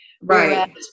Right